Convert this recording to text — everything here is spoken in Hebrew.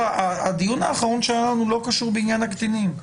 הדיון האחרון שהיה לנו לא קשור בעניין הקטינים.